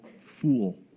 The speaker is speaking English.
fool